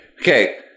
Okay